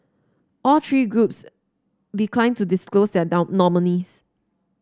all three groups declined to disclose their down nominees